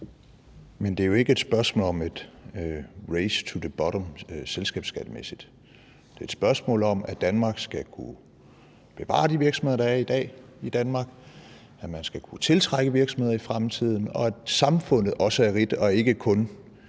Men det er jo ikke et spørgsmål om et race to the bottom selskabsskattemæssigt. Det er et spørgsmål om, at Danmark skal kunne bevare de virksomheder, der er i Danmark i dag, at man skal kunne tiltrække virksomheder i fremtiden, og at også samfundet og ikke kun